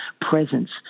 presence